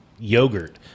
Yogurt